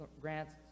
grants